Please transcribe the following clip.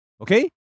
Okay